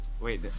Wait